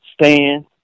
stand